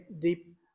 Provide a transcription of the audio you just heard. deep